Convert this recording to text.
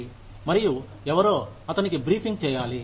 మరియు ఎవరో అతనికి బ్రీఫింగ్ చేయాలి